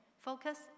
focus